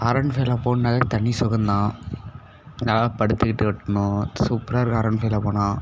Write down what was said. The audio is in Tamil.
ஆர் ஒன் ஃபைவ்வில் போகணுன்னாவே தனி சுகம் தான் நான் படுத்துக்கிட்டு ஓட்டணும் சூப்பராக இருக்கும் ஆர் ஒன் ஃபைவ்வில் போனால்